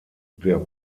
der